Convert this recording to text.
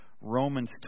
Romans